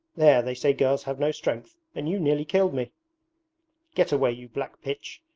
there, they say girls have no strength, and you nearly killed me get away, you black pitch,